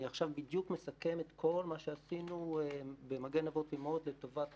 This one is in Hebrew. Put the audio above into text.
אני עכשיו בדיוק מסכם את כל מה שעשינו ב"מגן אבות ואימהות" לטובת